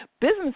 business